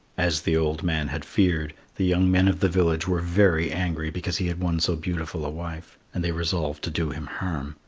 as the old man had feared, the young men of the village were very angry because he had won so beautiful a wife, and they resolved to do him harm.